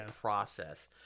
process